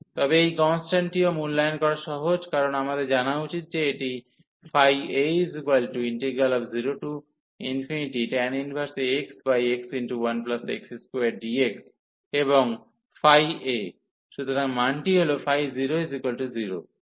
তবে এই কন্সট্যান্টটিও মূল্যায়ন করা সহজ কারণ আমাদের জানা উচিত যে এটি a0tan 1axx1x2dx এবং a সুতরাং মানটি হল 00